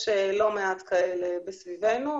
יש לא מעט כאלה מסביבנו,